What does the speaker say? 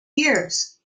years